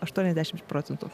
aštuoniasdešimt procentų